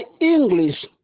English